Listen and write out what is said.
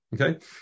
Okay